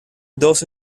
dos